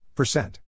Percent